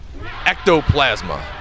Ectoplasma